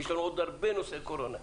יש לנו עוד הרבה נושאי קורונה.